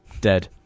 dead